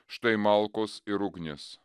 štai malkos ir ugnis